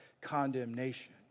condemnation